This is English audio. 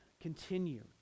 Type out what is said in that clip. continue